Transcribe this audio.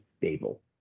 stable